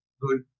good